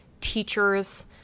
teachers